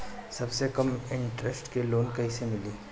सबसे कम इन्टरेस्ट के लोन कइसे मिली?